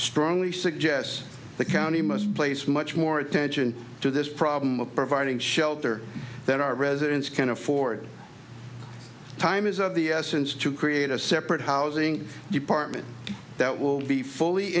strongly suggests the county must place much more attention to this problem of providing shelter that our residents can afford time is of the essence to create a separate housing department that will be fully